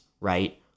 right